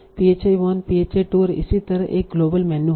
phi1 phi 2 और इसी तरह यह एक ग्लोबल मेनू है